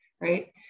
right